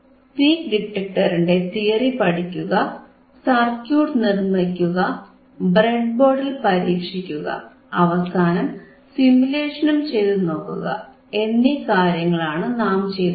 peak ഡിറ്റക്ടറിന്റെ theory പഠിക്കുക circuit നിർമിക്കുക ബ്രെഡ്ബോർഡിൽ പരീക്ഷിക്കുക അവസാനം സിമുലേഷനും ചെയ്തുനോക്കുക എന്നീ കാര്യങ്ങളാണ് നാം ചെയ്തത്